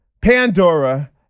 Pandora